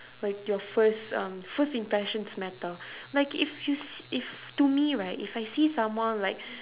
like your first um first impressions matter like if you s~ if to me right if I see someone like